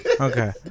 Okay